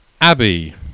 Abbey